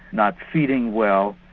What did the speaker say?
not feeding well,